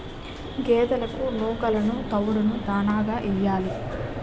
గేదెలకు నూకలును తవుడును దాణాగా యియ్యాలి